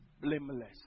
blameless